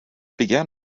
began